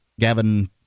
Gavin